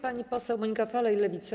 Pani poseł Monika Falej, Lewica.